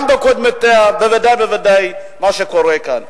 גם בקודמותיה ובוודאי ובוודאי למה שקורה כאן.